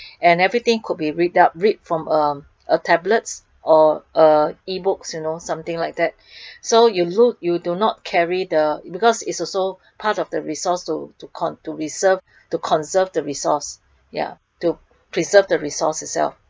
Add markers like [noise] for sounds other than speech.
[breath] and everything could be read out read from uh a tablets or a E books you know on something like that [breath] so you do you do not carry the because it's also [breath] part of the resource to to con to reserve to conserve the resource ya to preserve the source itself